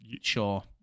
Sure